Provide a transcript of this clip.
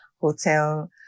hotel